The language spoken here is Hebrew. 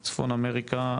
צפון אמריקה,